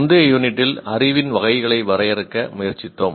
முந்தைய யூனிட்டில் அறிவின் வகைகளை வரையறுக்க முயற்சித்தோம்